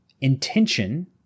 Intention